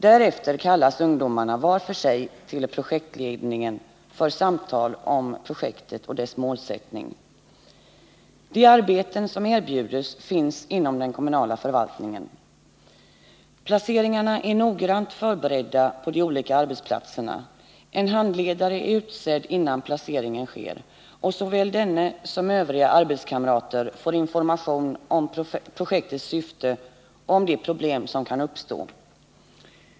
Därefter kallas ungdomarna en i taget till projektledningen för samtal om projektet och dess målsättning. De arbeten som erbjuds finns inom den kommunala förvaltningen. Placeringarna är noggrant förberedda på de olika arbetsplatserna. En handledare är utsedd innan placeringen sker, och såväl denne som övriga arbetskamrater får information om projektets syfte och om de problem som kan uppstå.